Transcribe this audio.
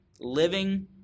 living